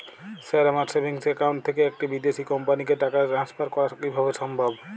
Sir আমার savings account থেকে একটি বিদেশি কোম্পানিকে টাকা ট্রান্সফার করা কীভাবে সম্ভব?